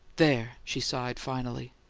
there! she sighed, finally.